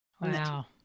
wow